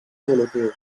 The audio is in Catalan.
evolutiu